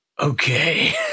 Okay